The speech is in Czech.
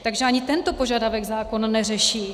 Takže ani tento požadavek zákon neřeší.